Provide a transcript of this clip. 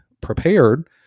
prepared